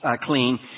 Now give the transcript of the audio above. clean